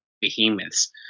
behemoths